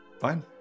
fine